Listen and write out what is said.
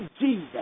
Jesus